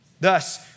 Thus